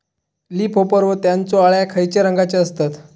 Leaf hopper व त्यानचो अळ्या खैचे रंगाचे असतत?